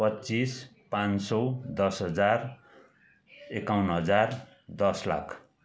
पच्चिस पाँच सय दस हजार एकाउन हजार दस लाख